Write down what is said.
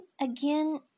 again